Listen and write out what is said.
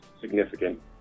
significant